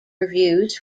reviews